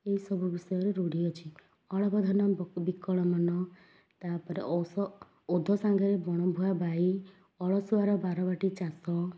ଏହିସବୁ ବିଷୟରେ ରୂଢ଼ି ଅଛି ଅଳପ ଧନ ବ ବିକଳ ମନ ତା'ପରେ ଔସ ଓଧ ସାଙ୍ଗରେ ବଣଭୁଆ ବାଇ ଅଳସୁଆର ବାରବାଟି ଚାଷ